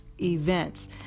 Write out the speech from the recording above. events